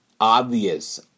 obvious